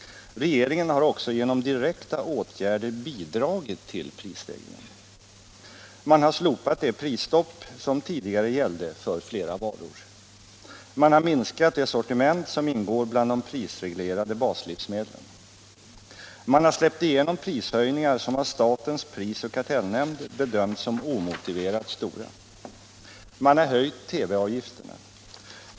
Regeringen har också genom direkta åtgärder bidragit till prisstegringen. Man har slopat det prisstopp som tidigare gällde för flera varor. Man har minskat det sortiment som ingår bland de prisreglerade baslivsmedlen. Man har släppt igenom prishöjningar som av statens prisoch kartellnämnd bedömts som omotiverat stora. Man har höjt TV-avgifterna.